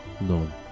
None